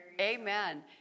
Amen